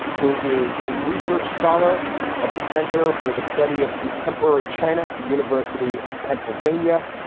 who is a research scholar of the center for the study of contemporary china at the university of pennsylvania,